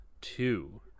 two